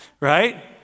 right